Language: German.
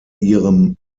ihrem